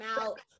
out